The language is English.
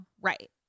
Right